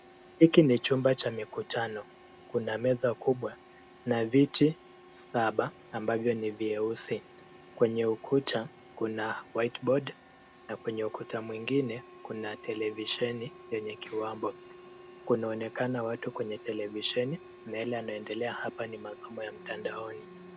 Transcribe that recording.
Hiki ni chumba cha mikutano. Kuna meza kubwa na viti saba ambavyo ni vyeusi. Kwenye ukuta, kuna white board na kwenye ukuta mwingine kuna televisheni yenye kiwambo. Kunaonekana watu kwenye televisheni na yale yanaendelea hapa ni masomo ya mtandaoni.